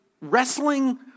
wrestling